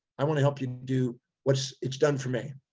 i want to help you do what it's it's done for me.